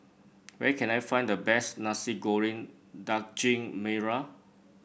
where can I find the best Nasi Goreng Daging Merah